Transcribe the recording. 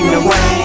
away